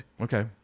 Okay